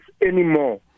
anymore